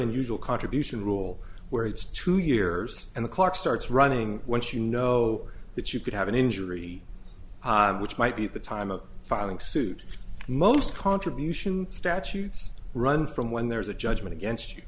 unusual contribution rule where it's two years and the clock starts running once you know that you could have an injury which might be the time of filing suit most contribution statutes run from when there's a judgment against you